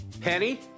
Penny